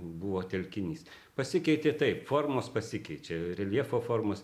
buvo telkinys pasikeitė taip formos pasikeičia reljefo formos